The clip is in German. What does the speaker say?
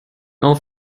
auf